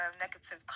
negative